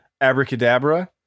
Abracadabra